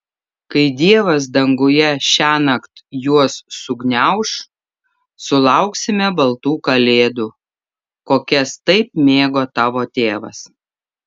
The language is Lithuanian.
kai dievas danguje šiąnakt juos sugniauš sulauksime baltų kalėdų kokias taip mėgo tavo tėvas